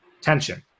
tension